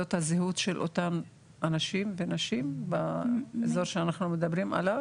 בתעודת זהות של אותם אנשים ונשים באזור שאנחנו מדברים עליו?